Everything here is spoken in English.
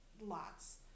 lots